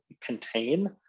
contain